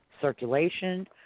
circulation